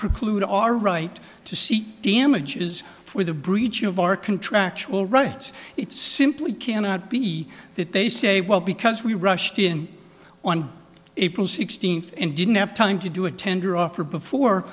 preclude our right to seek damages for the breach of our contractual rights it simply cannot be that they say well because we rushed in on april sixteenth and didn't have time to do a tender offer before